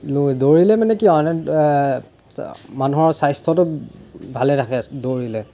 দৌৰিলে মানে কি মানুহৰ স্বাস্থ্যটো ভালে ৰাখে দৌৰিলে